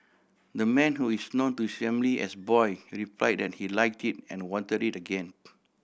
the man who is known to his family as Boy replied that he liked it and wanted it again